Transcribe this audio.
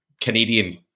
Canadian